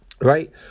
right